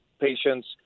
patients